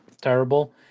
terrible